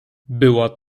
była